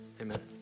amen